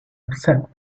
upset